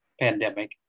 pandemic